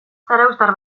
zarauztar